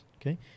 okay